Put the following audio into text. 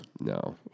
No